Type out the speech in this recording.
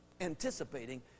anticipating